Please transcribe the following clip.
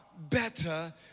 better